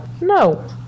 No